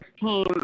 team